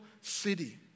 city